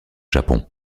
japon